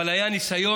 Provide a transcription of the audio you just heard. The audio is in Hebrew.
אבל היה ניסיון,